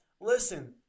listen